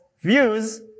views